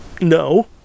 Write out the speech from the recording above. No